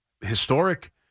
historic